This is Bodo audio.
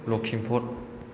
लखिमपुर